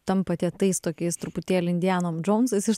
tampate tais tokiais truputėlį indiana džounsais iš